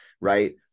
right